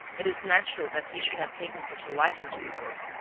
it is natural that he should have taken such a liking to the book,